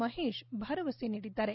ಮಹೇಶ್ ಭರವಸೆ ನೀಡಿದ್ದಾರೆ